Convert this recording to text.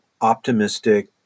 optimistic